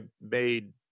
made